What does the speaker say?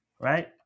Right